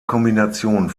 kombination